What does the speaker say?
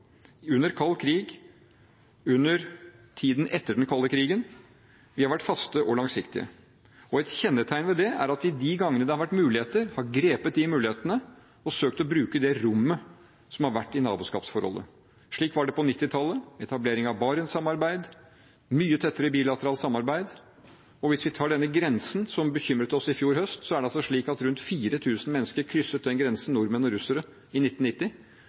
under kald krig og i tiden etter den kalde krigen. Vi har vært faste og langsiktige. Et kjennetegn ved det er at vi, de gangene det har vært mulig, har grepet de mulighetene og søkt å bruke det rommet som har vært i naboskapsforholdet. Slik var det på 1990-tallet med etableringen av Barentssamarbeidet – et mye tettere bilateralt samarbeid. Og hvis vi tar denne grensen som bekymret oss i fjor høst, er det slik at rundt 4 000 mennesker, nordmenn og russere, krysset den grensen i 1990, men nå er vi oppe i